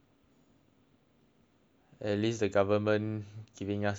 at least the government giving us a bit more money ah soon